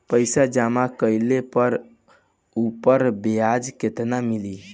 पइसा जमा कइले पर ऊपर ब्याज केतना मिली?